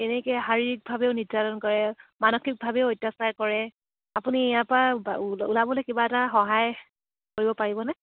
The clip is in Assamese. এনেকৈ শাৰীৰিকভাৱেও নিৰ্যাতণ কৰে মানসিকভাৱেও অত্যাচাৰ কৰে আপুনি ইয়াৰ পৰা ওলাবলৈ কিবা এটা সহায় কৰিব পাৰিবনে